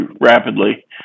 rapidly